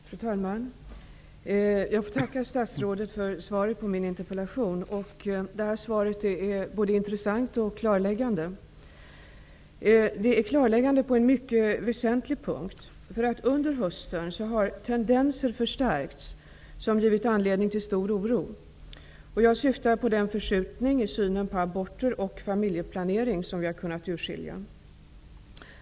Fru talman! Jag får tacka statsrådet för svaret på min interpellation. Det här svaret är både intressant och klarläggande. Det är klarläggande på en mycket väsentlig punkt. Under hösten har tendenser förstärkts som givit anledning till stor oro. Jag syftar på den förskjutning i synen på aborter och familjeplanering som vi har kunnat urskilja.